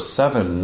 seven